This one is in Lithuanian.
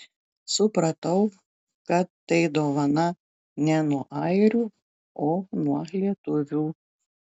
supratau kad tai dovana ne nuo airių o nuo lietuvių